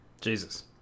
Jesus